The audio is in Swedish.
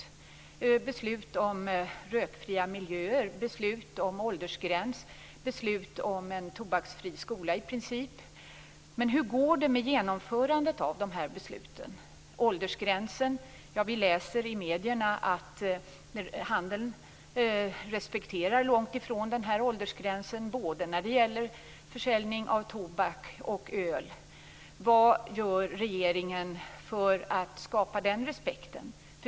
Vi har fattat beslut om rökfria miljöer, åldersgräns och beslut om en i princip tobaksfri skola. Men hur går det med genomförandet av dessa beslut? När det gäller åldersgränsen kan vi läsa i medierna att handeln långt ifrån respekterar åldersgränsen både när det gäller försäljning av tobak och öl. Vad gör regeringen för att skapa den respekten?